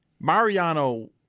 Mariano